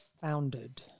founded